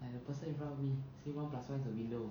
like the person in front of me say one plus one is a window